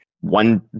one